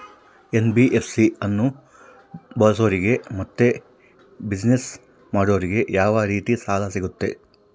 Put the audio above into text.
NBFC ಅನ್ನು ಬಳಸೋರಿಗೆ ಮತ್ತೆ ಬಿಸಿನೆಸ್ ಮಾಡೋರಿಗೆ ಯಾವ ರೇತಿ ಸಾಲ ಸಿಗುತ್ತೆ?